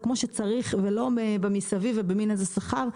כמו שצריך ולא במסביב ולא במן איזה שכר,